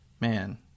man